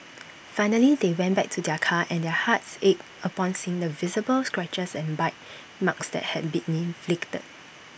finally they went back to their car and their hearts ached upon seeing the visible scratches and bite marks that had been inflicted